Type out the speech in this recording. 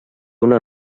una